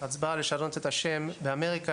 זאת על מנת לסגור פערים לרופאים שהיו